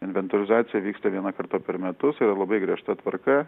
inventorizacija vyksta vieną kartą per metus yra labai griežta tvarka